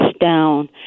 down